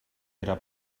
era